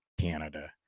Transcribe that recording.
Canada